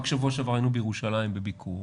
רק בשבוע שעבר היינו בירושלים בביקור